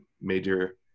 major